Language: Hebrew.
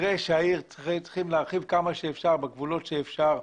צריכים להרחיב כמה שאפשר בגבולות שאפשר,